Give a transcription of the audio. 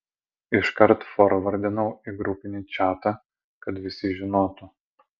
iškart forvardinau į grupinį čatą kad visi žinotų